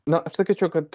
na aš sakyčiau kad